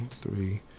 three